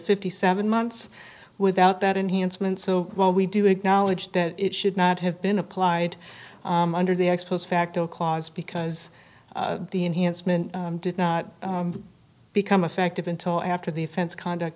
fifty seven months without that enhancement so while we do acknowledge that it should not have been applied under the ex post facto clause because the enhancement did not become effective until after the offense conduct